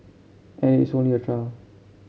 and it's only a trial